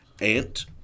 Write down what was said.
Ant